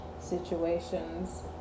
situations